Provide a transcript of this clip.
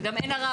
וגם אין ערר.